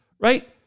Right